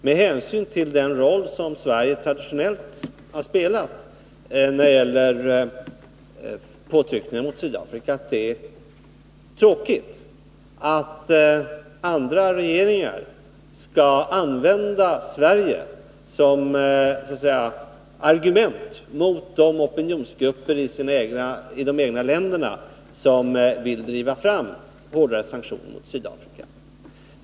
Med hänsyn till den roll som Sverige traditionellt har spelat när det gällt påtryckningar mot Sydafrika tycker jag att det är tråkigt att andra regeringar skall använda Sverige som argument mot de opinionsgrupper i de egna länderna som vill driva fram hårdare sanktioner mot Sydafrika.